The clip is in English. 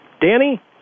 Danny